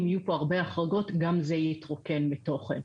אם יהיו פה הרבה החרגות גם זה יתרוקן מתוכן.